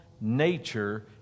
nature